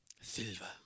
Silva